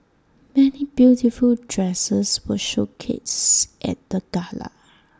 many beautiful dresses were showcased at the gala